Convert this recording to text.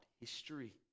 history